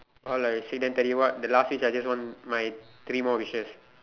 all like say then tele what the last wish I just want my three more wishes